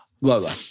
Lola